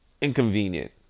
inconvenient